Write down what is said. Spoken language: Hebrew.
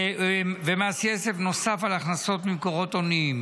ומס יסף נוסף על הכנסות ממקורות הוניים.